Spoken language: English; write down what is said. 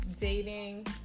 dating